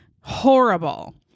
Horrible